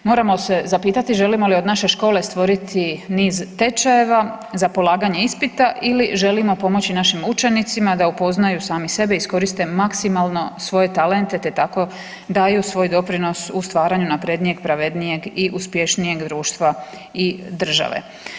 Moramo se zapitati želimo li od naše škole stvoriti niz tečajeva za polaganje ispita ili želimo pomoći našim učenicima da upoznaju sami sebe i iskoriste maksimalno svoje talente, te tako daju svoj doprinos u stvaranju naprednijeg, pravednijeg i uspješnijeg društva i države.